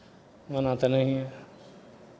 ओना तऽ नहिए